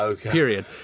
period